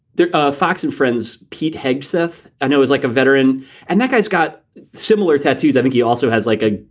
ah fox and friends, pete hegseth. and it was like a veteran and that guy's got similar tattoos. i think he also has like a,